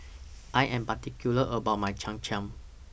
I Am particular about My Cham Cham